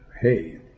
Hey